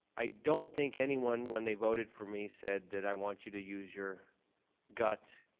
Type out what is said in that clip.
i don't think anyone when they voted for me said that i want you to use your gut,